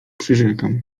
przyrzekam